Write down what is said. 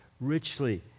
richly